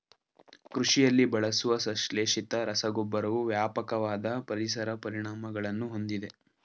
ಕೃಷಿಯಲ್ಲಿ ಬಳಸುವ ಸಂಶ್ಲೇಷಿತ ರಸಗೊಬ್ಬರವು ವ್ಯಾಪಕವಾದ ಪರಿಸರ ಪರಿಣಾಮಗಳನ್ನು ಹೊಂದಿದೆ